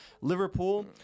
Liverpool